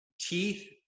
teeth